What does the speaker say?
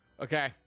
Okay